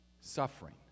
suffering